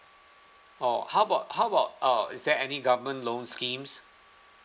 oh how about how about uh is there any government loans schemes